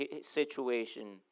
situation